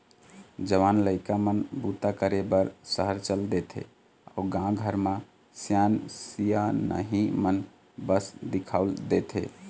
जवान लइका मन बूता करे बर सहर चल देथे अउ गाँव घर म सियान सियनहिन मन बस दिखउल देथे